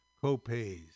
co-pays